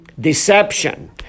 Deception